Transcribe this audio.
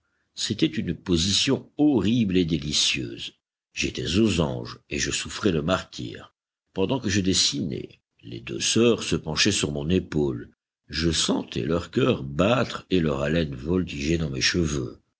c'était une position horrible et délicieuse j'étais aux anges et je souffrais le martyre pendant que je dessinais les deux sœurs se penchaient sur mon épaule je sentais leur cœur battre et leur haleine voltiger dans mes cheveux